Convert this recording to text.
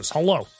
Hello